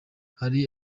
hari